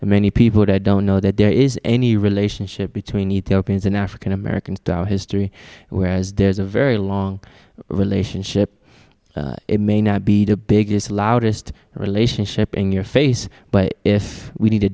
and many people don't know that there is any relationship between need therapy and an african american history whereas there's a very long relationship it may not be the biggest loudest relationship in your face but if we need